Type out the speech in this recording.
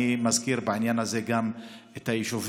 אני מזכיר בעניין הזה גם את היישוב